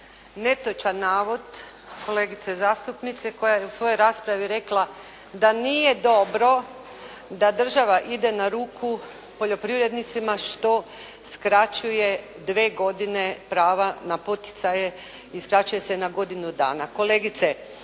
netočan navod kolegice zastupnice koja je u svojoj raspravi rekla da nije dobro da država ide na ruku poljoprivrednicima što skraćuje dvije godine prava na poticaje i skraćuje se na godinu dana. Kolegice